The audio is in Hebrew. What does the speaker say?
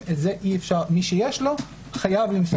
מי שיש לו חייב למסור את הפרטים.